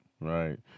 right